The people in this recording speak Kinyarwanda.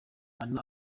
anna